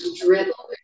dribble